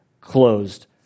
closed